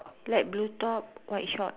light blue top white short